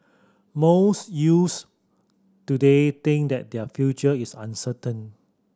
most youths today think that their future is uncertain